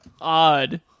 odd